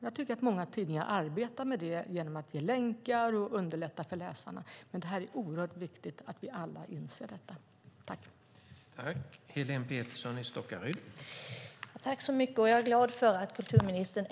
Jag tycker att många tidningar arbetar med det genom att ge länkar och genom att underlätta för läsarna, och det är oerhört väsentligt att vi alla inser vikten av detta.